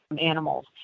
animals